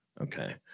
Okay